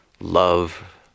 love